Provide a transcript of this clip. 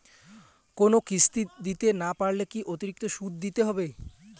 কোনো কিস্তি দিতে না পারলে কি অতিরিক্ত সুদ দিতে হবে?